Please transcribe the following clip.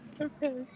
Okay